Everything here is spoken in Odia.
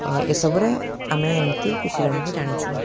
ଏସବୁରେ ଆମେ ଏମିତି କିଛି ଜଣଙ୍କୁ ଜାଣିଛୁ